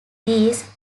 these